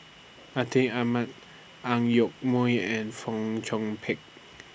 Atin Amat Ang Yoke Mooi and Fong Chong Pik